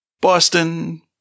Boston